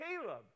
caleb